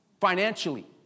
financially